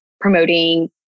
promoting